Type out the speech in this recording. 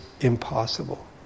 impossible